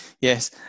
Yes